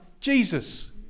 Jesus